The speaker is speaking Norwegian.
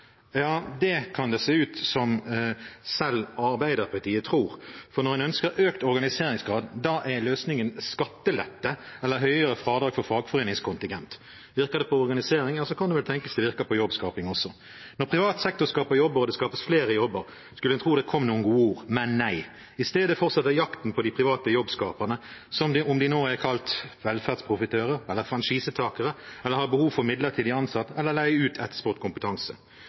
Ja, det kan det se ut som om selv Arbeiderpartiet tror. For når en ønsker økt organiseringsgrad, er løsningen skattelette eller høyere fradrag for fagforeningskontingent. Virker det på organisering, ja, så kan det vel tenkes det virker på jobbskaping også. Når privat sektor skaper jobber, og det skapes flere jobber, skulle en tro det kom noen gode ord, men nei. I stedet fortsetter jakten på de private jobbskaperne, om de nå er kalt velferdsprofitører eller franchisetakere, har behov for midlertidig ansatte eller leier ut